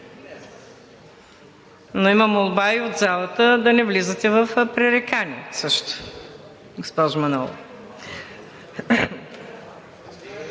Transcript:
Но имам молба и към залата – да не влизате в пререкания